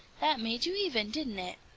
that made you even, didn't it?